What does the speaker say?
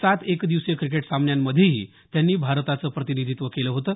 सात एकदिवसीय क्रिकेट सामन्यांमधेही त्यांनी भारताचं प्रतिनिधीत्व केलं होतं